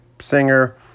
singer